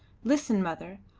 listen, mother,